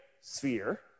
sphere